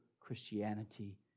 Christianity